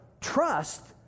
trust